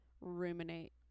ruminate